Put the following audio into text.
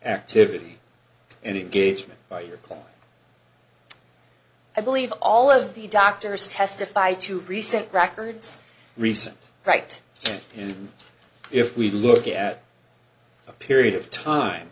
activity and engage me by your question i believe all of the doctors testify to recent records recent rights and if we look at the period of time